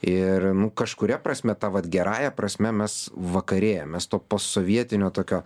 ir nu kažkuria prasme ta vat gerąja prasme mes vakarėjam mes to postsovietinio tokio